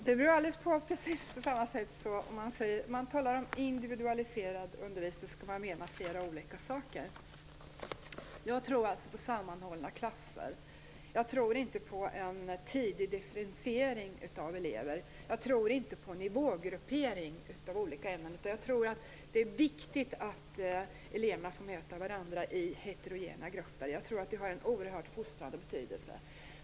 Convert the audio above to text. Herr talman! När man talar om individualiserad undervisning kan man mena flera olika saker. Jag tror alltså på sammanhållna klasser. Jag tror inte på en tidig differentiering av elever. Jag tror inte på nivågruppering av olika ämnen. Det är viktigt att eleverna får möta varandra i heterogena grupper. Det tror jag har en stor fostrande betydelse.